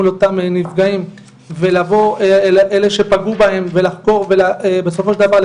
מול אותם נפגעים ולבוא אל אלה שפגעו בהם ולחקור ובסופו של דבר,